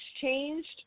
changed